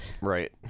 Right